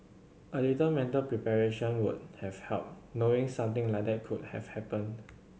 a little mental preparation would have helped knowing something like that could have happened